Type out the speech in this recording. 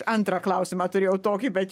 antrą klausimą turėjau tokį bet